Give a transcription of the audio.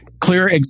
clear